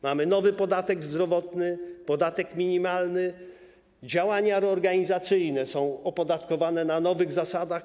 Mamy nowy podatek zdrowotny, podatek minimalny, działania reorganizacyjne są opodatkowane na nowych zasadach.